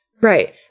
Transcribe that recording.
Right